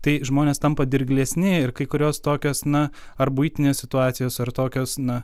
tai žmonės tampa dirglesni ir kai kurios tokios na ar buitinės situacijos ar tokios na